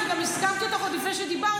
אני הזכרתי אותך עוד לפני שדיברת,